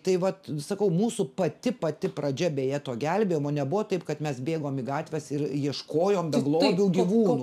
tai vat sakau mūsų pati pati pradžia beje to gelbėjimo nebuvo taip kad mes bėgom į gatves ir ieškojom beglobių gyvūnų